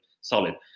solid